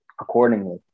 accordingly